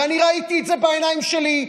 ואני ראיתי את זה בעיניים שלי,